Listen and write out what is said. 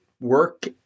work